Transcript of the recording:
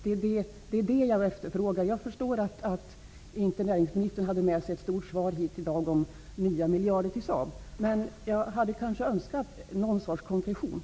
Det är det min fråga gäller. Jag förstår att näringsministern inte kan ha med sig ett omfattande svar här i dag om nya miljarder till Saab. Men någon sorts konkretion hade jag nog önskat.